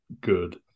good